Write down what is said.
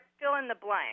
fill-in-the-blank